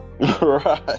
right